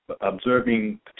observing